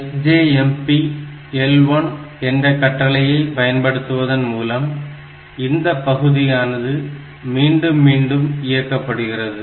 SJMP L1 என்ற கட்டளையை பயன்படுத்துவதன் மூலம் இந்த பகுதியானது மீண்டும் மீண்டும் இயக்கப்படுகிறது